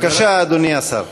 אדוני השר,